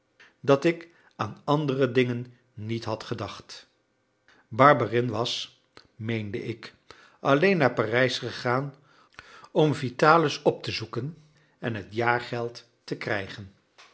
dat ik aan andere dingen niet had gedacht barberin was meende ik alleen naar parijs gegaan om vitalis op te zoeken en het jaargeld te krijgen